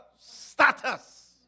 status